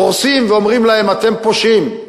הורסים ואומרים להם: אתם פושעים.